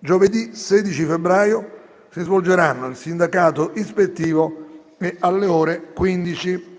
Giovedì 16 febbraio si svolgeranno il sindacato ispettivo e, alle ore 15,